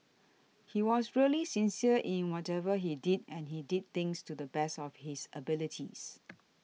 he was really sincere in whatever he did and he did things to the best of his abilities